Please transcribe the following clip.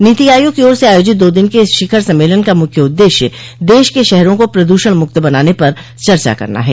नीति आयोग की ओर से आयोजित दो दिन के इस शिखर सम्मेलन का मुख्य उद्देश्य देश के शहरों को प्रदूषण मुक्त बनाने पर चर्चा करना है